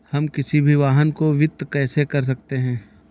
हम किसी भी वाहन को वित्त कैसे कर सकते हैं?